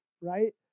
right